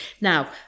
Now